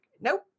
nope